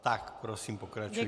Tak, prosím, pokračujte.